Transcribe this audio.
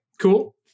cool